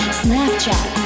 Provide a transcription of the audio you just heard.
snapchat